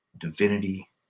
divinity